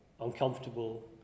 uncomfortable